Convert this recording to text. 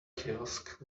kiosk